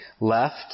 left